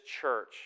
church